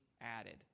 added